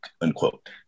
unquote